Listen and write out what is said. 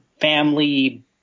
family